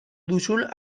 duzun